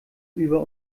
über